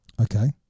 Okay